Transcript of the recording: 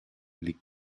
les